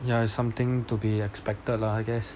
ya it's something to be expected lah I guess